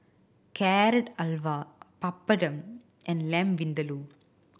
Carrot Halwa Papadum and Lamb Vindaloo